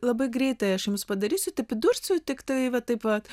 labai greitai aš jums padarysiu taip pridursiu tiktai va taip va